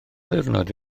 ddiwrnod